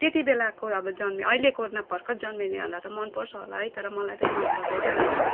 त्यति बेलाको अब जन्मेँ अहिलेको न परको जन्मिनेहरूलाई त मनपर्छ होला है तर मलाई चाहिँ मनपर्दैन होइन